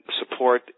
support